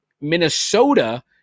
Minnesota